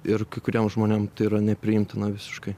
ir kai kuriem žmonėm tai yra nepriimtina visiškai